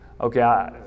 Okay